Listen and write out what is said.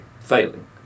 failing